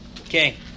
Okay